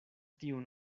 tiun